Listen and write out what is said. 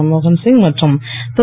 மன்மோகன்சிங் மற்றும் திரு